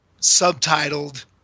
subtitled